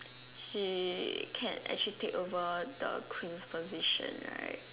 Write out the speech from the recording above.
she can actually take over the Queen's position right